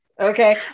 Okay